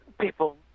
people